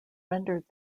rendered